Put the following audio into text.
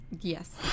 Yes